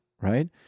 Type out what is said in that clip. right